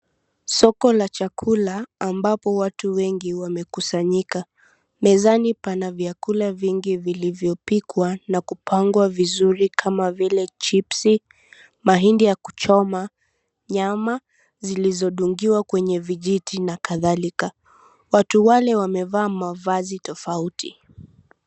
Soko la chakula ambapo watu wengi wamekusanyika. Mezani pana vyakula vingi vilivyopikwa na kupangwa vizuri kama vile, chipsi , mahindi ya kuchoma, nyama zilizodungiwa kwenye vijiti na kadhalika. Watu wale wamevaa mavazi tofauti.